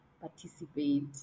participate